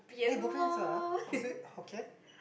eh bobian is what ah is it Hokkien